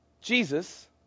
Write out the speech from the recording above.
Jesus